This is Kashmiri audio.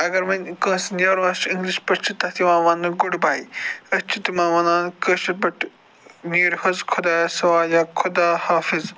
اگر وَنہِ کٲنٛسہِ نیرُن آسہِ اِنٛگلِش پٲٹھۍ چھِ تتھ یِوان ونٛنہٕ گُڈ بَے أسۍ چھِ تِمَن وَنان کٲشٕر پٲٹھۍ نیٖرِو حظ خۄدایس سوالہٕ یا خۄدا حافِظ